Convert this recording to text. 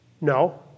No